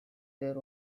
their